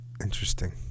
Interesting